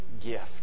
gift